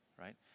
right